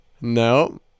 No